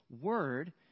word